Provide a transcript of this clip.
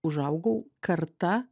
užaugau karta